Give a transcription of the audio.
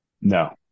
No